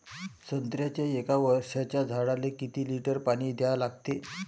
संत्र्याच्या एक वर्षाच्या झाडाले किती लिटर पाणी द्या लागते?